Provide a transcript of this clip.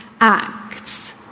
Acts